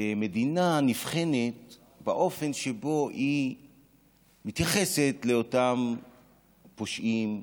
ומדינה נבחנת באופן שבו היא מתייחסת לאותם פושעים,